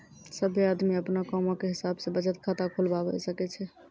सभ्भे आदमी अपनो कामो के हिसाब से बचत खाता खुलबाबै सकै छै